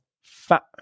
fat